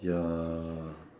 ya